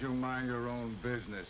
your mind your own business